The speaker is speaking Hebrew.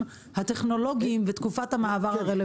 הטכנולוגיים בתקופת המעבר הרלוונטית.